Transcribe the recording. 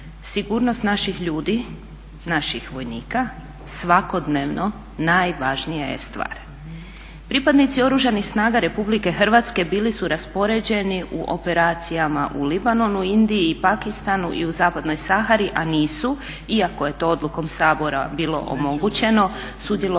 Sigurnost naših ljudi, naših vojnika svakodnevno najvažnija je stvar. Pripadnici Oružanih snaga Republike Hrvatske bili su raspoređeni u operacijama u Libanonu, Indiji i Pakistanu i u Zapadnoj Sahari, a nisu iako je to odlukom Sabora bilo omogućeno sudjelovali